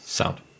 Sound